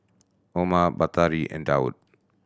Umar Batari and Daud